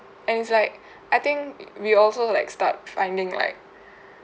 and it's like I think we also like stop finding like